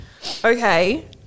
Okay